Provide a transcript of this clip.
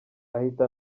ahita